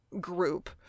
group